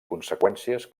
conseqüències